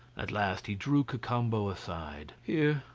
at last he drew cacambo aside. here,